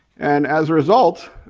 and as a result,